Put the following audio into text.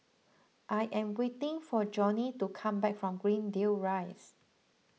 I am waiting for Johnny to come back from Greendale Rise